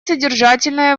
содержательные